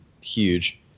huge